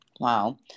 Wow